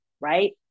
right